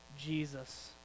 Jesus